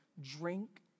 drink